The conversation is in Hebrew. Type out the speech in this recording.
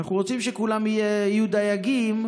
אנחנו רוצים שכולם יהיו דייגים.